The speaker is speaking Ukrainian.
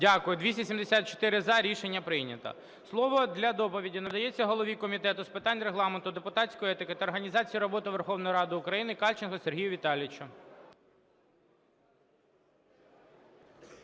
Дякую. 274 – за. Рішення прийнято. Слово для доповіді надається голові Комітету з питань Регламенту, депутатської етики та організації роботи Верховної Ради України Кальченку Сергію Віталійовичу.